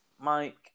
Mike